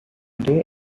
day